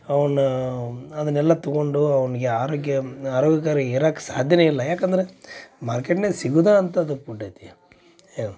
ಅವನ ಅದನೆಲ್ಲ ತಗೊಂಡು ಅವನಿಗೆ ಅರೋಗ್ಯಮ್ ಆರೋಗ್ಯಕರ ಇರಕ್ಕೆ ಸಾಧ್ಯನೇ ಇಲ್ಲ ಯಾಕಂದ್ರ ಮಾರ್ಕೆಟ್ನ್ಯಾಗ ಸಿಗುದಾ ಅಂತದ ಪುಡ್ ಐತಿ